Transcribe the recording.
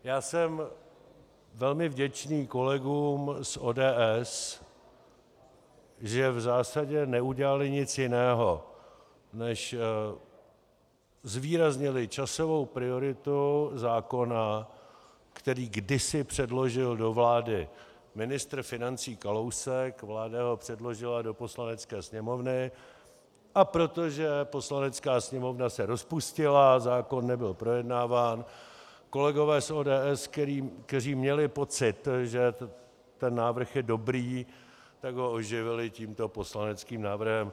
Já jsem velmi vděčný kolegům z ODS, že v zásadě neudělali nic jiného, než zvýraznili časovou prioritu zákona, který kdysi předložil do vlády ministr financí Kalousek, vláda ho předložila do Poslanecké sněmovny, a protože Poslanecká sněmovna se rozpustila, zákon nebyl projednáván, kolegové z ODS, kteří měli pocit, že ten návrh je dobrý, tak ho oživili tímto poslaneckým návrhem.